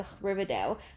Riverdale